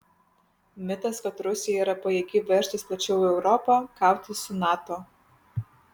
mitas kad rusija yra pajėgi veržtis plačiau į europą kautis su nato